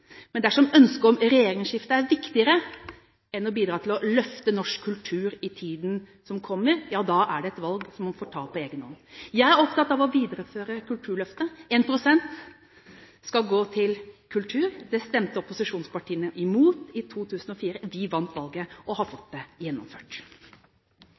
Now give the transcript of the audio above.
Men dersom ønsket om et regjeringsskifte er viktigere enn å bidra til å løfte norsk kultur i tiden som kommer, ja, da er det et valg man får ta på egen hånd. Jeg er opptatt av å videreføre Kulturløftet. 1 pst. skal gå til kultur. Det stemte opposisjonspartiene imot i 2004. Vi vant valget og har fått